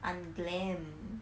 unglamorous